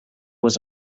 was